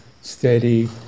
steady